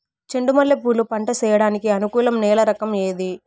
చెండు మల్లె పూలు పంట సేయడానికి అనుకూలం నేల రకం ఏది